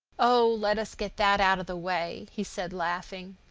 oh, let us get that out of the way, he said, laughing.